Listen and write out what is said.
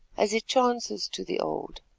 as it chances to the old.